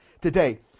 today